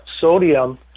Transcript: sodium